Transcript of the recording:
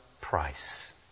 price